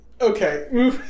Okay